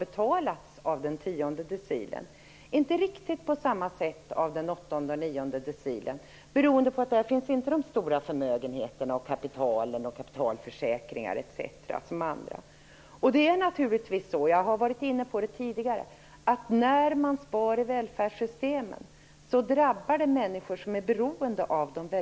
Kostnaderna har inte betalats riktigt på samma sätt av den åttonde och nionde decilen, beroende på att de stora förmögenheterna, kapitalen och kapitalförsäkringarna etc. inte finns där. Jag har varit inne på det tidigare. När man sparar i välfärdssystemen drabbar det människor som är väldigt beroende av dessa.